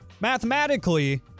mathematically